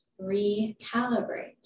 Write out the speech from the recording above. recalibrate